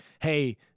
hey